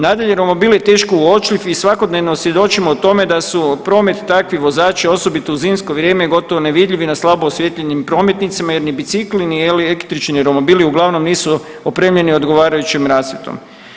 Nadalje, romobil je teško uočljiv i svakodnevno svjedočimo tome da su promet takvi vozači osobito u zimsko vrijeme gotovo nevidljivi na slabo osvjetljenim prometnicima jer ni bicikli ni električni romobili uglavnom nisu opremljeni odgovarajućom rasvjetom.